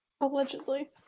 Allegedly